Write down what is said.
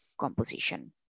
composition